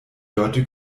dörte